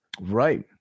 Right